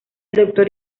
doctor